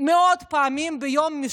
מאות פעמים ביום,